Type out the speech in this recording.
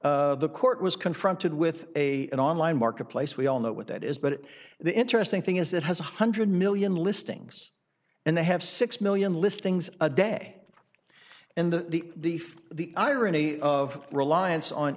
bay the court was confronted with a an online marketplace we all know what that is but the interesting thing is that has one hundred million listings and they have six million listings a day and the the for the irony of reliance on